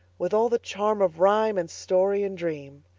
with all the charm of rhyme and story and dream.